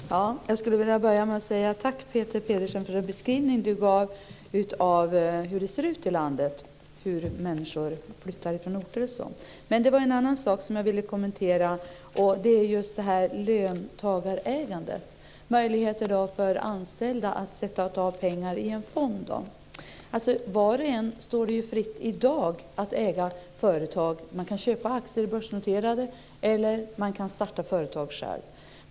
Fru talman! Jag skulle vilja börja med att tacka Peter Pedersen för hans beskrivning av hur det ser ut ute i landet, om hur människor flyttar från orter osv. Men det är en annan sak som jag skulle vilja kommentera, och det är just löntagarägandet, dvs. möjligheter för anställda att sätta av pengar i en fond. Det står ju var och en fritt i dag att äga företag. Man kan köpa börsnoterade aktier eller så kan man starta företag själv.